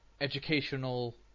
educational